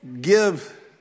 give